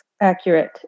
accurate